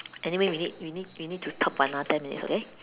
anyway we need we need we need to talk for another ten minutes okay